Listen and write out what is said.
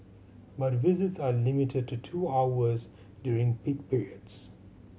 but visits are limited to two hours during peak periods